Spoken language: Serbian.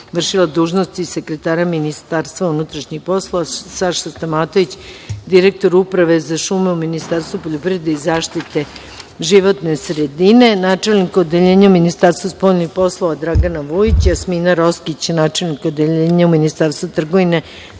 vršilac dužnosti sekretara Ministarstva unutrašnjih poslova, Saša Stamatović, direktor Uprave za šume u Ministarstvu poljoprivrede i zaštite životne sredine, načelnik Odeljenja u Ministarstvu spoljnih poslova Dragana Vujić, Jasmina Roskić, načelnik Odeljenja Ministarstva trgovine,